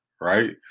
right